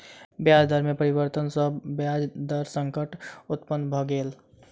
ब्याज दर में परिवर्तन सॅ ब्याज दर संकट उत्पन्न भ गेल